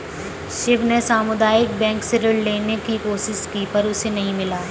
शिव ने सामुदायिक बैंक से ऋण लेने की कोशिश की पर उसे नही मिला